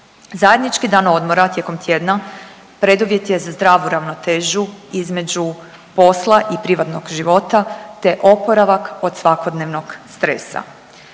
Zajednički dan odmora tijekom tjedna preduvjet je za zdravu ravnotežu između posla i privatnog posla, te oporavak od svakodnevnog stresa.